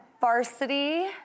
Varsity